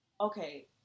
okay